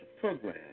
program